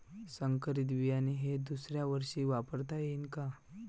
संकरीत बियाणे हे दुसऱ्यावर्षी वापरता येईन का?